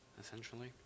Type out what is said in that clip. essentially